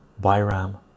byram